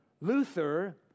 Luther